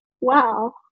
wow